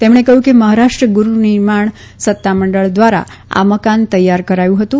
તેમણે કહ્યું કે મહારાષ્ટ્ર ગૃહનિર્માણ સત્તામંડળ દ્વારા આ મકાન તૈયાર કરાયું હતું